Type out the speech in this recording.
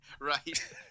Right